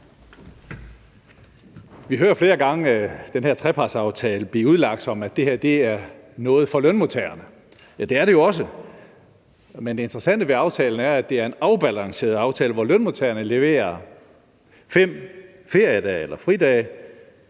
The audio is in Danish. Vi hører flere gange den her trepartsaftale blive udlagt, som om det er noget for lønmodtagerne. Det er det jo også, men det interessante ved aftalen er, at det er en afbalanceret aftale, hvor lønmodtagerne leverer 5 feriedage eller fridage,